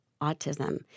Autism